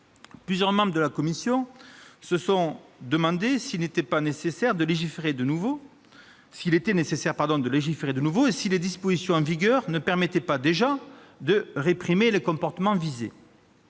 plusieurs membres de la commission se sont demandé s'il était nécessaire de légiférer de nouveau et si les dispositions en vigueur ne permettaient pas déjà de réprimer les comportements visés.